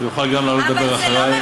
והוא יוכל גם לעלות לדבר אחרי.